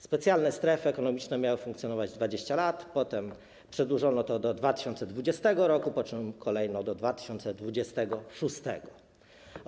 Specjalne strefy ekonomiczne miały funkcjonować 20 lat, potem przedłużono to do 2020 r., po czym kolejno do 2026 r.